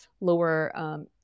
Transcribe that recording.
lower